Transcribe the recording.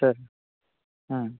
సరే